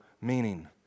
meaning